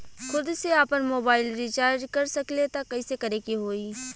खुद से आपनमोबाइल रीचार्ज कर सकिले त कइसे करे के होई?